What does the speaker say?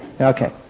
Okay